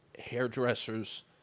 hairdressers